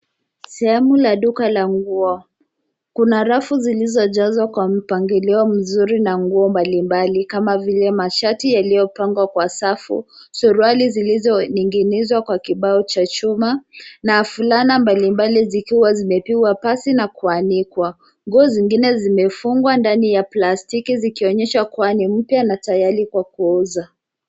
Sehemu ya duka la nguo. Kuna rafu zilizojazwa kwa mpangilio mzuri na nguo mbalimbali kama vile mashati yaliyopangwa kwa safu, suruali zilizoning'inizwa kwa kibao cha chuma na fulana mbalimbali zikiwa zimepigwa pasi na kuanikwa. Nguo zingine zimefungwa ndani ya plastiki zikionyesha kuwa ni mpya na tayari kwa kuuza.